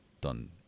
done